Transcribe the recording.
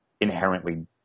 inherently